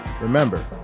remember